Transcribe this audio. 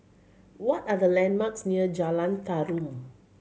what are the landmarks near Jalan Tarum